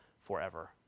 forever